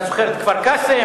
אתה זוכר את כפר-קאסם,